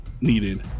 needed